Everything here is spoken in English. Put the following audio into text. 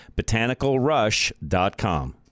BotanicalRush.com